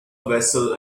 vessel